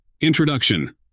introduction